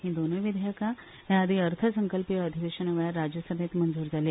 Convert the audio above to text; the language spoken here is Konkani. ही दोनूय विधेयकां हे आदी अर्थसंकल्पीय अधिवेशनावेळार राज्य सभेंत मंजूर जाल्ली